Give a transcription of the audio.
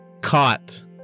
caught